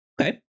Okay